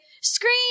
Scream